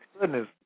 goodness